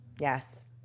Yes